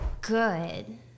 good